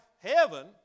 Heaven